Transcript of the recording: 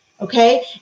Okay